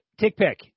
TickPick